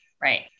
Right